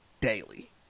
daily